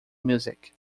music